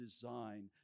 design